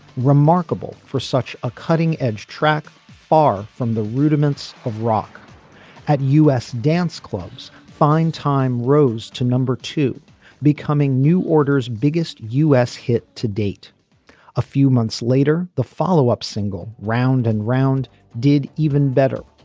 remarkable for such a cutting edge track far from the rudiments of rock at u s. dance clubs fine time rose to number two becoming new orders biggest u s. hit to date a few months later the follow up single round and round did even better.